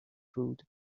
food